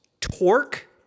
torque